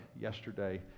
yesterday